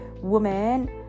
woman